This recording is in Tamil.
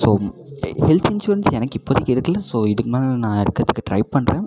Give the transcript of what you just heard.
ஸோ ஹெல்த் இன்சூரன்ஸ் எனக்கு இப்பதிக்கு எடுக்கலை ஸோ இதுக்கு மேலே நான் எடுக்கறதுக்கு ட்ரை பண்ணுறேன்